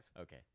Okay